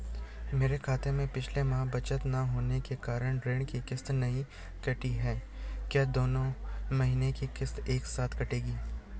मेरे खाते में पिछले माह बचत न होने के कारण ऋण की किश्त नहीं कटी है क्या दोनों महीने की किश्त एक साथ कटेगी?